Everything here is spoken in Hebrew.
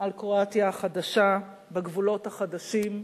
על קרואטיה החדשה, בגבולות החדשים.